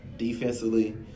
defensively